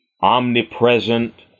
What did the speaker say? omnipresent